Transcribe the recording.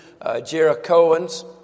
Jerichoan's